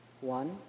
One